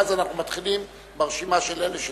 ואז נתחיל ברשימה של אלה שנרשמו.